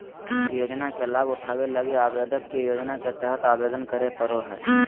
योजना के लाभ उठावे लगी आवेदक के योजना के तहत आवेदन करे पड़ो हइ